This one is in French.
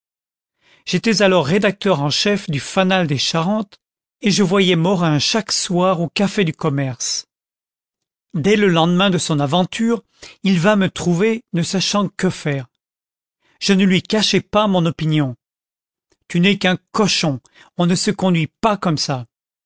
j'étais alors rédacteur en chef du nal des charentes et je voyais morin chaque soir au café du commerce dès le lendemain de son aventure il vint me trouver ne sachant que faire je ne lui cachai pas mon opinion tu n'es qu'un cochon on ne se conduit pas comme ça